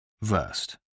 Versed